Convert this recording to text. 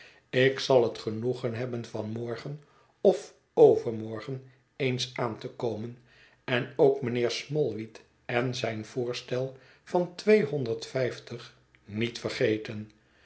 ik zal het genoegen hebben van morgen of overmorgen eens aan te komen en ook mijnheer smallweed en zijn voorstel van tweehonderd vijftig niet vergeten